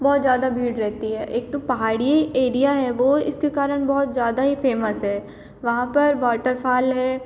बहुत ज़्यादा भीड़ रहती है एक तो पहाड़ी एरिया है वो इसके कारण बहुत ज़्यादा ही फेमस है वहाँ पर वाटरफाल है